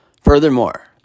Furthermore